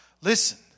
Listen